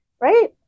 right